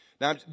Now